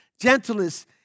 gentleness